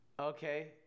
okay